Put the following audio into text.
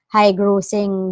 High-grossing